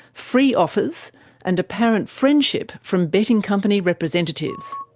free offers and apparent friendship from betting company representatives.